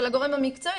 של הגורם המקצועי,